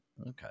Okay